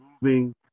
moving